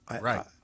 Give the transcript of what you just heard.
Right